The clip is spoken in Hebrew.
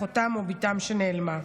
אחותם או בתם שנעלמה.